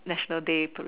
national day pa~